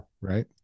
Right